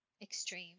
extreme